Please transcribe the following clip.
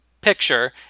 picture